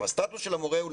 הסטטוס של המורה הוא,